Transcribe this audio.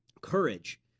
courage